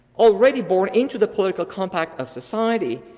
already born into the political compact of society,